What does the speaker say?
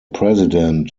president